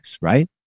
right